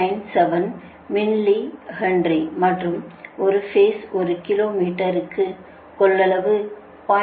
97 millihenry மற்றும் ஒரு phase ஒரு கிலோ மீட்டருக்கு கொள்ளளவு 0